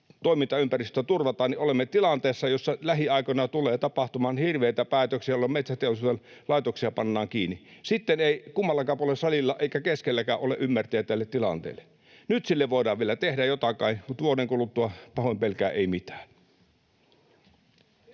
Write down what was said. toimintaympäristöä turvata, niin olemme tilanteessa, jossa lähiaikoina tullaan tekemään hirveitä päätöksiä, jolloin metsäteollisuuden laitoksia pannaan kiinni. Sitten ei kummallakaan puolella salia, eikä keskelläkään, ole ymmärtäjiä tälle tilanteelle. Nyt sille voidaan kai vielä tehdä jotain, mutta vuoden kuluttua, pahoin pelkään, ei mitään.